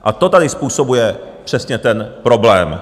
A to tady způsobuje přesně ten problém.